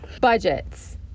budgets